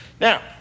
Now